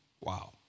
Wow